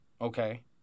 okay